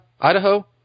Idaho